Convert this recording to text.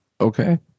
Okay